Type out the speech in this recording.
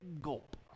gulp